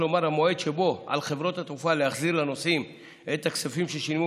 כלומר המועד שבו על חברות התעופה להחזיר לנוסעים את הכספים ששילמו